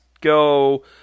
go